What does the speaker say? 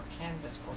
canvas